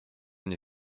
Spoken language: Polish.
nie